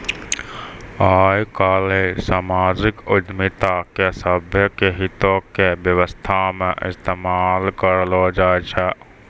आइ काल्हि समाजिक उद्यमिता के सभ्भे के हितो के व्यवस्था मे इस्तेमाल करलो जाय छै